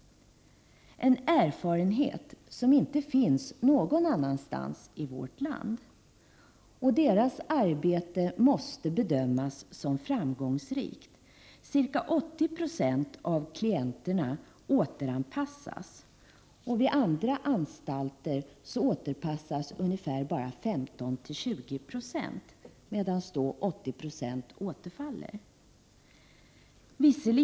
Det är en erfarenhet som inte finns någon annanstans i vårt land. Resultatet av Studiegårdens arbete måste bedömas som framgångsrikt. Ca 80 26 av klienterna återanpassas. Vid andra anstalter återanpassas bara 15-20 96, medan 80 90 återfaller i brott.